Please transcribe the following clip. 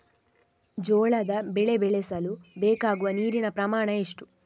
ಜೋಳದ ಬೆಳೆ ಬೆಳೆಸಲು ಬೇಕಾಗುವ ನೀರಿನ ಪ್ರಮಾಣ ಎಷ್ಟು?